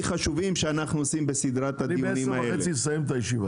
חשובים שאנחנו עושים בסדרת הדיונים האלה.